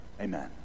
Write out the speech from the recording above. Amen